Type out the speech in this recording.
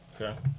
Okay